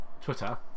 Twitter